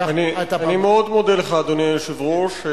אקח ממך את, אני מאוד מודה, אדוני היושב-ראש.